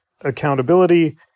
accountability